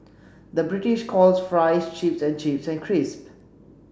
the British calls fries chips and chips and crisps